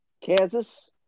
Kansas